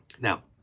Now